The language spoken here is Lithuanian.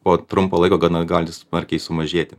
po trumpo laiko gana gali smarkiai sumažėti